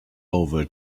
over